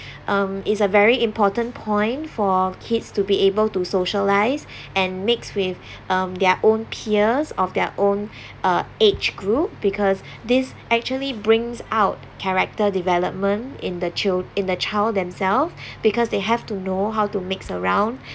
um is a very important point for kids to be able to socialise and mix with um their own peers of their own uh age group because this actually brings out character development in the chil~ in the child themselves because they have to know how to mix around